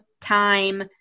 time